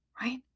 Right